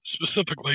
specifically